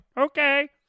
Okay